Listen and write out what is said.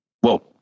whoa